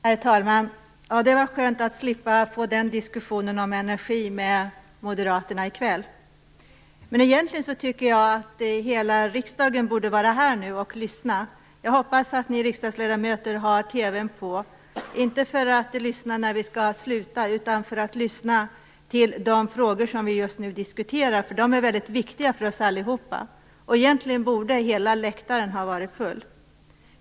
Herr talman! Det var skönt att slippa få diskussionen om energi med moderaterna i kväll. Men egentligen tycker jag att hela riksdagen borde vara här nu och lyssna. Jag hoppas att ni riksdagsledamöter har TV:n på, inte för att höra när vi skall sluta, utan för att lyssna till diskussionen om just de här frågorna. De är mycket viktiga för oss allihop. Egentligen borde hela läktaren ha varit full.